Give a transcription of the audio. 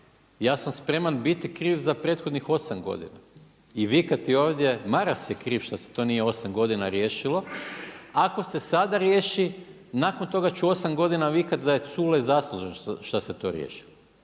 ja sam spreman biti kriv za prethodnih 8 godina i vikati ovdje Maras je kriv što se to nije 8 godina riješilo ako se sada riješi. Nakon toga ću 8 godina vikati da je Culej zaslužan što se to riješilo.